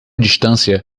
distância